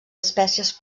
espècies